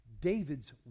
David's